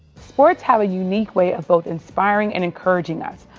sports have a unique way of both inspiring and encouraging us.